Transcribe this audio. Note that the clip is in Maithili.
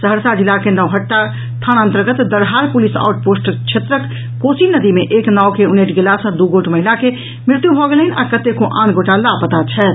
सहरसा जिला के नौवहट्टा थाना अंतर्गत दरहार पुलिस आउट पोस्ट क्षेत्रक कोसी नदी मे एक नाव के उनटि गेला सॅ दू गोट महिला के मृत्यु भऽ गेलनि आ कतेको आन गोटा लापता छथि